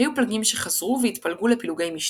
היו פלגים שחזרו והתפלגו לפילוגי משנה.